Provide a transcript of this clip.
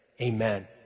amen